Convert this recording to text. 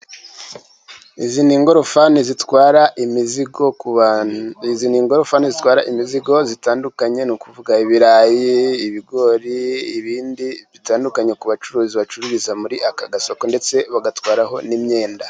Izi ni ingorofani zitwara imizigo ku bantu, izi ni ingorofani zitwara imizigo zitandukanye, ni ukuvuga ibirayi, ibigori ibindi bitandukanye ku bacuruzi bacururiza muri aka gasoko ndetse bagatwaraho n'imyenda.